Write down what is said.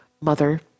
mother